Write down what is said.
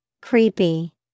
Creepy